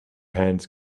hands